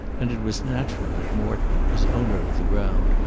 and it was natural that morton, as owner of the ground,